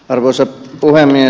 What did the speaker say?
arvoisa puhemies